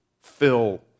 fill